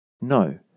no